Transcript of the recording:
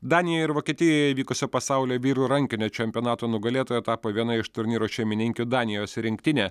danijoje ir vokietijoje vykusio pasaulio vyrų rankinio čempionato nugalėtoja tapo viena iš turnyro šeimininkių danijos rinktinė